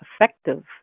effective